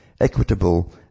equitable